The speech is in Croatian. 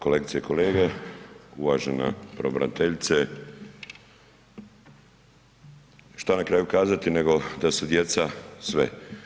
Kolegice i kolege, uvažena pravobraniteljice, šta na kraju kazati nego da su djeca sve.